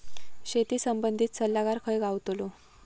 शेती संबंधित सल्लागार खय गावतलो?